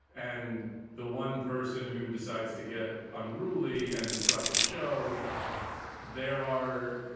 and the one person who decides to get unruly and disrupt the show there are.